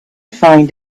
find